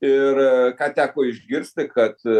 ir ką teko išgirsti kad